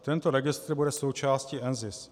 Tento registr bude součástí NZIS.